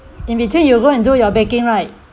in between you go and do your baking right